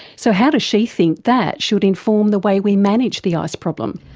so how does she think that should inform the way we manage the ice problem?